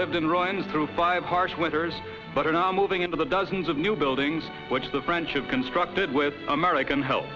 lived in run through five harsh winters but are now moving into the dozens of new buildings which the french are constructed with american help